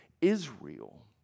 Israel